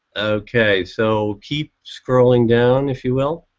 okay so keep scrolling down if you will.